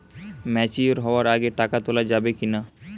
Mature হওয়ার আগে টাকা তোলা যাবে কিনা?